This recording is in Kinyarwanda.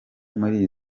muri